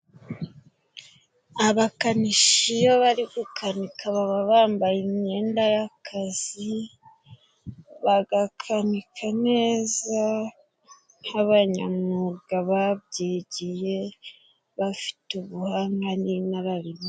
Abakanishi iyo bari gukanika baba bambaye imyenda y'akazi, bagakanika neza nk'abanyamwuga babyigiye, bafite ubuhanga n'inararibonye.